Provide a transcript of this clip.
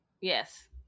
yes